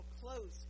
close